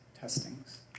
testings